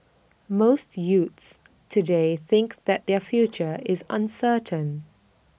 most youths today think that their future is uncertain